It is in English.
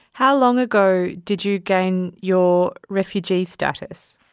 how long ago did you gain your refugee status?